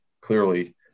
clearly –